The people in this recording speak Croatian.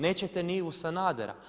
Nećete ni Ivu Sanadera.